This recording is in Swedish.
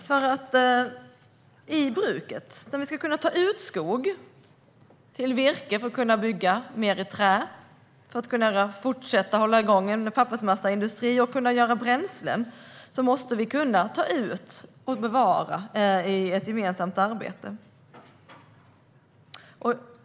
För att vi i bruket ska kunna ta ut skog till virke, för att kunna bygga mer i trä, för att kunna fortsätta hålla igång en pappersmassaindustri och för att kunna göra bränslen måste vi kunna ta ut och bevara i ett gemensamt arbete.